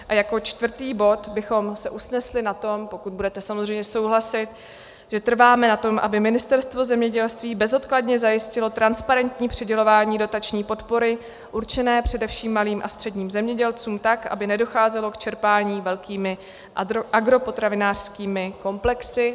A jako čtvrtý bod bychom se usnesli na tom, pokud budete samozřejmě souhlasit, že trváme na tom, aby Ministerstvo zemědělství bezodkladně zajistilo transparentní přidělování dotační podpory určené především malým a středním zemědělcům tak, aby nedocházelo k čerpání velkými agropotravinářskými komplexy.